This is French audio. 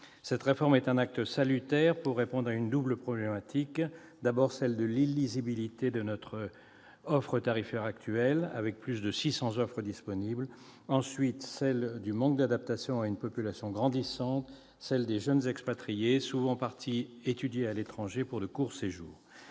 Cette réforme est un acte salutaire pour répondre à une double problématique : d'abord, celle de l'illisibilité de l'offre tarifaire actuelle, avec plus de 600 offres disponibles ; ensuite, celle du manque d'adaptation à une population grandissante, celle des jeunes expatriés, souvent partis étudier à l'étranger pour de courts séjours.